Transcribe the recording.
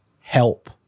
help